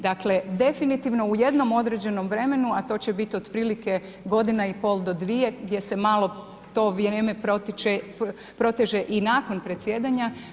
Dakle, definitivno u jednom određenom vremenu, a to će bit otprilike godina i pol do dvije, gdje se malo to vrijeme proteže i nakon predsjedanja.